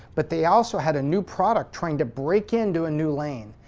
but they also had a new product, trying to break in to a new lane.